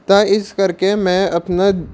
ਤਾਂ ਇਸ ਕਰਕੇ ਮੈਂ ਆਪਣਾ